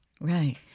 Right